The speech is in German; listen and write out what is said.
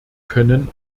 können